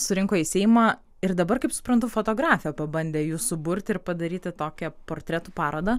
surinko į seimą ir dabar kaip suprantu fotografė pabandė jus suburt ir padaryti tokią portretų parodą